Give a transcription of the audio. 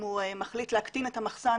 אם הוא מחליט להקטין את המחסן,